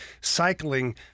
cycling